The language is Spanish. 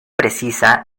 precisa